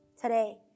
today